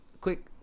Quick